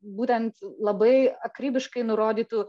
būtent labai akribiškai nurodytų